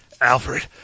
Alfred